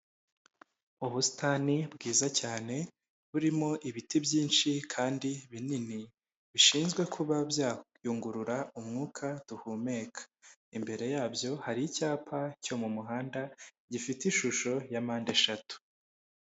Ubusitani bwiza cyane burimo ibiti byinshi kandi binini bishinzwe kuba byayungurura umwuka duhumeka, imbere yabyo hari icyapa cyo mu muhanda gifite ishusho ya mpandeshatu.